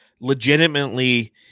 legitimately